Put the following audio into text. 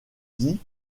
dit